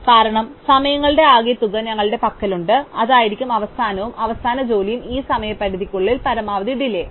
കാരണം സമയങ്ങളുടെ ആകെത്തുക ഞങ്ങളുടെ പക്കലുണ്ട് അതായിരിക്കും അവസാനവും അവസാന ജോലിയും ഈ സമയപരിധിക്കുള്ളിൽ പരമാവധി ഡിലൈയ്